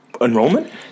Enrollment